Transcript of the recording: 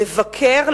לבקר,